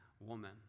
woman